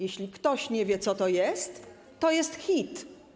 Jeśli ktoś nie wie, co to jest, to to jest HiT.